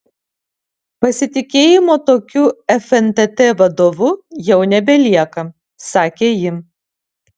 pasitikėjimo tokiu fntt vadovu jau nebelieka sakė ji